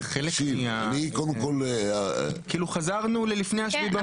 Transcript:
כאילו חזרנו ללפני ה-7 באוקטובר.